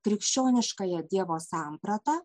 krikščioniškąją dievo sampratą